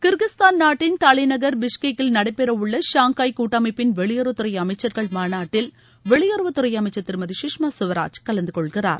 Kyrgyzstan நாட்டின் தலைநகர் பிஷ்கெக்கில் நடைபெற உள்ள ஷாங்காய் கூட்டமைப்பின் வெளியுறவுத் துறை அமைச்சர்கள் மாநாட்டில் வெளியுறவுத் துறை அமைச்சர் திருமதி கஷ்மா சுவராஜ் கலந்துகொள்கிறார்